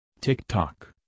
TikTok